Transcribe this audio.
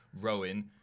Rowan